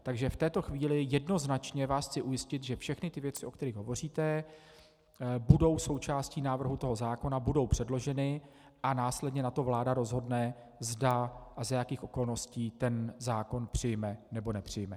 V této chvíli jednoznačně vás chci ujistit, že všechny věci, o kterých hovoříte, budou součástí návrhu zákona, budou předloženy a následně nato vláda rozhodne, zda a za jakých okolností tento zákon přijme nebo nepřijme.